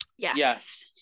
Yes